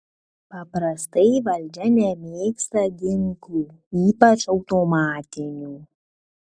paprastai valdžia nemėgsta ginklų ypač automatinių